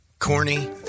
Corny